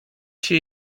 się